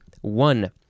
One